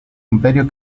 imperio